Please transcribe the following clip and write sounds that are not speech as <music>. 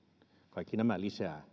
kaikki nämä toimet lisäävät <unintelligible>